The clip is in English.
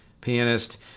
pianist